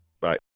Bye